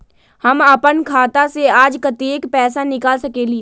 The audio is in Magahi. हम अपन खाता से आज कतेक पैसा निकाल सकेली?